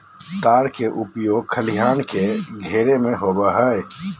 तार के उपयोग खलिहान के घेरे में होबो हइ